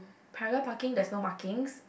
parallel parking there's no markings